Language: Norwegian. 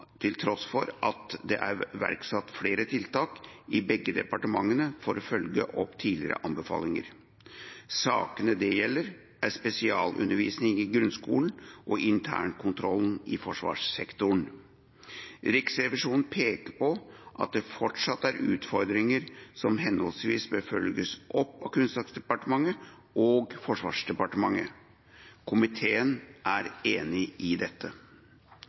for at det er iverksatt flere tiltak i begge departementer for å følge opp tidligere anbefalinger. Sakene det gjelder, er spesialundervisning i grunnskolen og internkontrollen i forsvarssektoren. Riksrevisjonen peker på at det fortsatt er utfordringer som henholdsvis bør følges opp av Kunnskapsdepartementet og Forsvarsdepartementet. Komiteen er enig i dette.